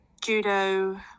judo